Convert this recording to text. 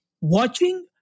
watching